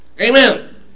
Amen